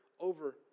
over